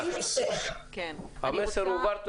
המסר הועבר.